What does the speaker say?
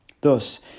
Thus